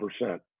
percent